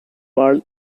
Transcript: pearl